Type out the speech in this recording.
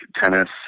tennis